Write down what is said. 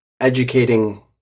educating